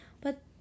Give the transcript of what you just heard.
but